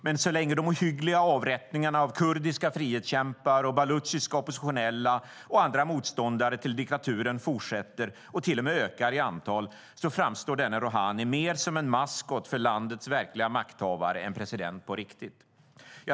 Men så länge de ohyggliga avrättningarna av kurdiska frihetskämpar, baluchiska oppositionella och andra motståndare till diktaturen fortsätter och till och med ökar i antal framstår denne Rohani mer som en maskot för landets verkliga makthavare än som president på riktigt.